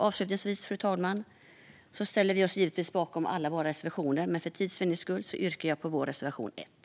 Avslutningsvis, fru talman, ställer vi oss givetvis bakom alla våra reservationer, men för tids vinning yrkar jag bifall enbart till vår reservation 1.